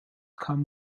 come